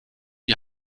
die